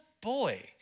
boy